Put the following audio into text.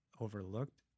overlooked